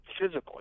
physically